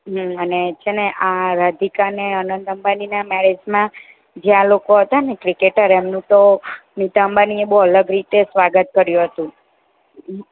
હમ્મ અને છે ને આ રાધિકા ને અનંત અંબાણીનાં મેરેજમાં જે આ લોકો હતા ને ક્રિકેટર એમનું તો નીતા અંબાણીએ બહુ અલગ રીતે સ્વાગત કર્યું હતું